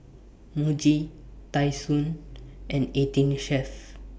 Muji Tai Sun and eighteen Chef